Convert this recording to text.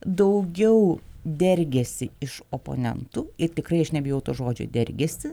daugiau dergiasi iš oponentų ir tikrai aš nebijau to žodžio dergiasi